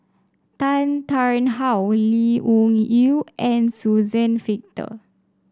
Tan Tarn How Lee Wung Yew and Suzann Victor